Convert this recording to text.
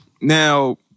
now